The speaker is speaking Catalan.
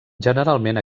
generalment